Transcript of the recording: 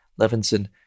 Levinson